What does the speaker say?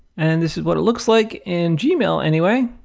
and this is what it looks like in gmail anyway.